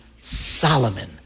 Solomon